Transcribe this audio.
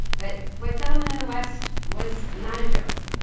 but white settlement in the west was not a joke.